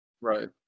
Right